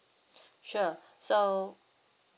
sure so